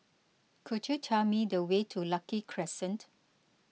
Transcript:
could you tell me the way to Lucky Crescent